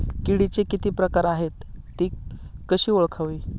किडीचे किती प्रकार आहेत? ति कशी ओळखावी?